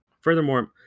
Furthermore